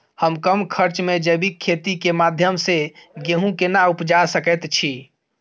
हम कम खर्च में जैविक खेती के माध्यम से गेहूं केना उपजा सकेत छी?